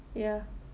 ya